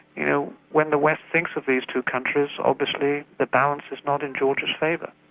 you know when the west thinks of these two countries, obviously the balance is not in georgia's favour.